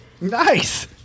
Nice